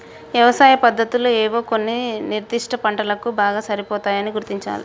యవసాయ పద్దతులు ఏవో కొన్ని నిర్ధిష్ట పంటలకు బాగా సరిపోతాయని గుర్తించాలి